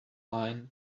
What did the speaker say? line